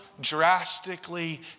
drastically